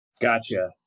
Gotcha